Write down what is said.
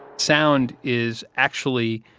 sound is actually,